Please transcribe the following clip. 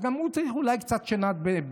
אז גם הוא אולי צריך ככה קצת שנת ביניים.